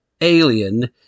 alien